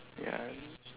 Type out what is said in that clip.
ya